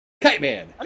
Kite-Man